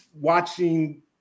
watching